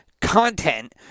content